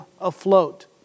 afloat